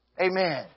Amen